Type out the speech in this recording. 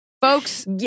Folks